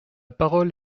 parole